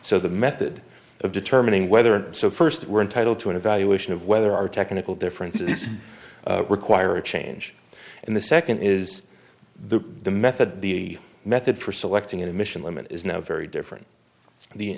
so the method of determining whether or not so first we're entitled to an evaluation of whether our technical differences require a change and the second is the method the method for selecting an emission limit is now very different the